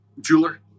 jeweler